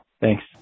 Thanks